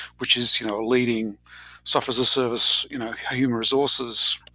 which is you know a leading software as a service, you know human resources,